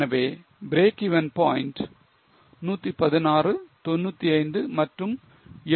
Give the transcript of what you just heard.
எனவே breakeven point 116 95 மற்றும் 833